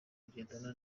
kugendana